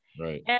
right